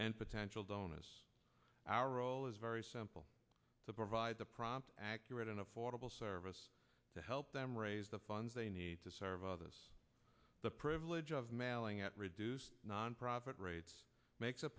and potentials onus our role is very simple to provide the prompt accurate and affordable service to help them raise the funds they need to service the privilege of mailing at reduced nonprofit rates makes it